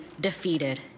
defeated